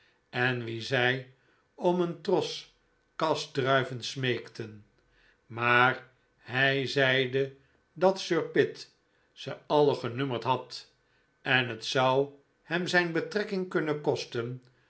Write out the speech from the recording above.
en wien zij om een tros kasdruiven smeekten maar hij zeide dat sir pitt ze alle genummerd had en het zou hem zijn betrekking kunnen kosten